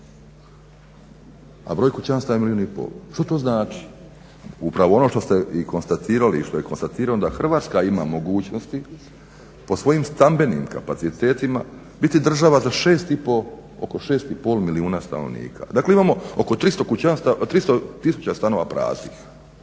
a broj kućanstava je milijun i pol. Što to znači? Upravo ono što ste i konstatirali što je konstatirano da Hrvatska ima mogućnosti po svojim stambenim kapacitetima biti država za 6 i pol milijuna stanovnika. Dakle imamo oko 300 tisuća stanova praznih.